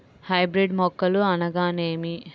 Hybrid మొక్కలు అనగానేమి?